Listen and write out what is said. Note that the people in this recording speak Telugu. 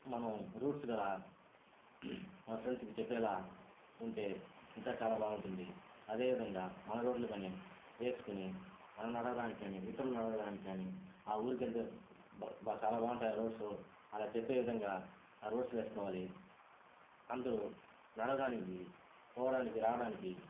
మనం రూట్స్ కూడా మన ఫ్రెండ్స్ కి చెప్పేలా ఉంటే ఇంకా చాలా బాగుంటుంది అదేవిధంగా మన రోడ్లు కానీ వేస్కుని మనం నడవడానికి కానీ ఇతరులు నడవడానికి కానీ ఆ ఊరుకెళ్తే చాలా బాగుంటాయ్ రోడ్సు అలా చెప్పేవిధంగా ఆ రోడ్స్ వేస్కోవాలి అందరూ నడవడానికి పోవడానికి రావడానికి